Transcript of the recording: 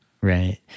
right